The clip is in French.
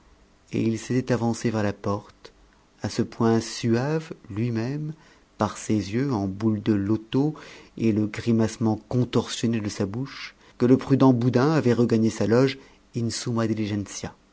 et il s'était avancé vers la porte à ce point suave lui-même par ses yeux en boules de loto et le grimacement contorsionné de sa bouche que le prudent boudin avait regagné sa loge